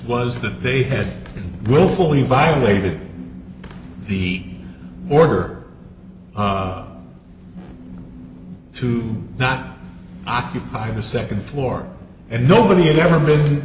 was that they had willfully violated the order to not occupy the second floor and nobody had ever been